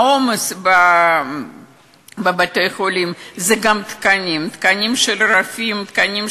העומס בבתי-חולים זה גם תקנים: תקנים של רופאים,